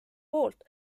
poolt